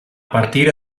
partire